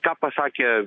ką pasakė